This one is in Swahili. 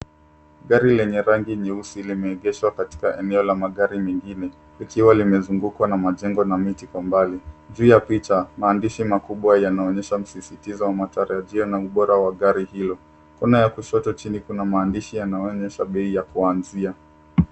Gari lenye rangi nyeusi limeegeshwa katika eneo lenye magari mengine likiwa limezungukwa na majengo na miti kwa mbali. Juu ya picha maandishi makubwa yanaonyesha msisitizo wa matarajio na ubora wa gari hilo. Kona ya chini kushoto chini kuna maandishi yanayoonyesha bei ya kuanzia.